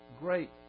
great